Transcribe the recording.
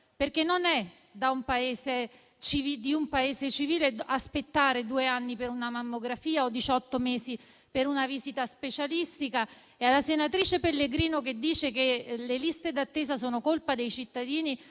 perché non è degno di un Paese civile che si aspetti due anni per una mammografia o diciotto mesi per una visita specialistica. Alla senatrice Pellegrino che dice che le liste d'attesa sono colpa dei cittadini